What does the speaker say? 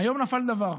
היום נפל דבר.